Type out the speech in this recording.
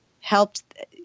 helped